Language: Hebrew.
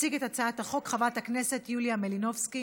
תציג את הצעת החוק חברת הכנסת יוליה מלינובסקי.